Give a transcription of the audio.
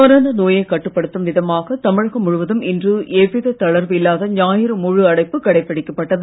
corona நோயை கட்டுப்படுத்தும் விதமாக தமிழகம் முழுவதும் இன்று எவ்வித தளர்வு இல்லாத ஞாயிறு முழு அடைப்பு கடைப்பிடிக்கப்பட்டது